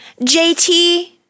JT